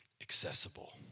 Accessible